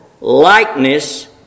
likeness